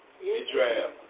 Israel